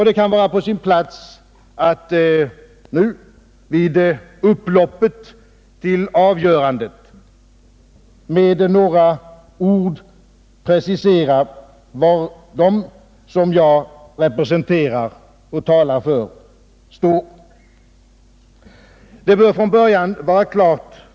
Det kan vara på sin plats att nu, vid upploppet till avgörandet, med några ord precisera var de som jag representerar och talar för står.